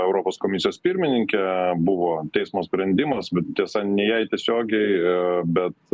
europos komisijos pirmininkę buvo teismo sprendimas tiesa ne jai tiesiogiai bet